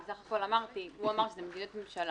בסך הכול אמרתי הוא אמר שזה מדיניות ממשלה,